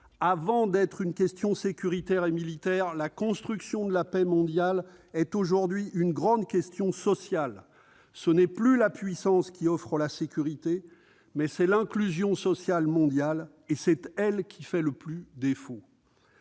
avant d'être une question sécuritaire et militaire, est aujourd'hui une grande question sociale. Ce n'est plus la puissance qui offre la sécurité : c'est l'inclusion sociale mondiale, or c'est elle qui fait le plus défaut.